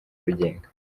abigenga